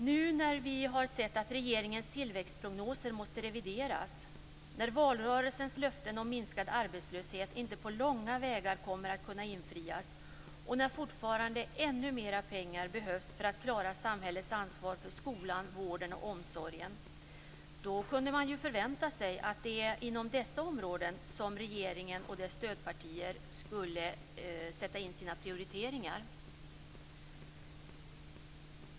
Nu, när vi har sett att regeringens tillväxtprognoser måste revideras, när valrörelsens löften om minskad arbetslöshet inte på långa vägar kommer att kunna infrias och när fortfarande ännu mer pengar behövs för att klara samhällets ansvar för skolan, vården och omsorgen kunde man förvänta sig att det är inom dessa områden som regeringen och dess stödpartier skulle sätta in sina prioriteringar.